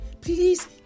please